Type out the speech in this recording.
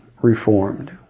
Reformed